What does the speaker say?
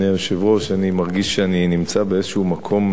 אני מרגיש שאני נמצא באיזשהו מקום הזוי,